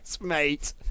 mate